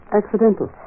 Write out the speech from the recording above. accidental